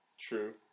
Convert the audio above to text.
true